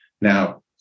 Now